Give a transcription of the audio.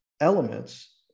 elements